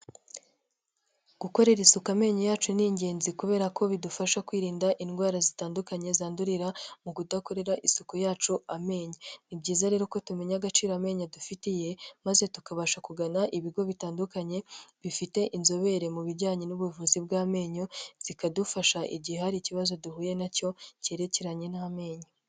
Gukorera isuku amenyo yacu ni ingenzi kubera ko bidufasha kwirinda indwara zitandukanye, zandurira mu kudakorera isuku yacu amenyo, ni byiza rero ko tumenya agaciro amenyo adufitiye maze tukabasha kugana ibigo bitandukanye bifite inzobere mu bijyanye n'ubuvuzi bw'amenyo, zikadufasha igihe hari ikibazo duhuye na cyo cyerekeranye n'amenyo.